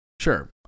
sure